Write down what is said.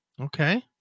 Okay